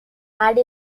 had